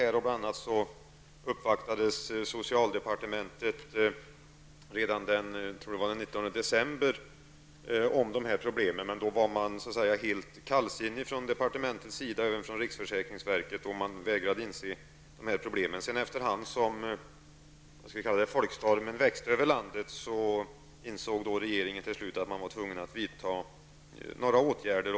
Bl.a. uppvaktades socialdepartementet redan den 19 december om de här problemen, men då var man på departementet helt kallsinnig, och även på riksförsäkringsverket, och vägrade inse problemen. Men efterhand som folkstormen över landet växte insåg regeringen att man var tvungen att vidta några åtgärder.